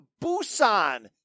Busan